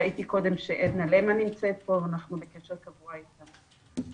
ראיתי קודם שעדנה להמן נמצאת פה ואנחנו בקשר קבוע איתה.